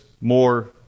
more